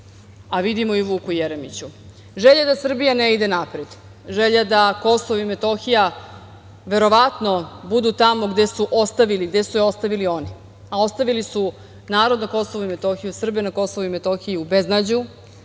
a vidimo i Vuku Jeremiću? Želja da Srbija ne ide napred, želja da Kosovo i Metohija, verovatno, budu tamo gde su je ostavili oni, a ostavili su narod na Kosovu i Metohiji, Srbe na Kosovu i Metohiji u beznađu,